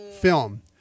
film